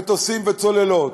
מטוסים וצוללות,